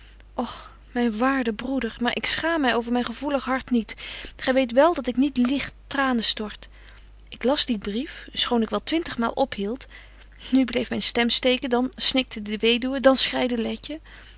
och myn waarde broeder maar ik schaam my over myn gevoelig hart niet gy weet wél dat ik niet ligt tranen stort ik las dien brief schoon ik wel twintigmaal ophield nu bleef myn stem steken dan snikte de weduwe dan schreide letje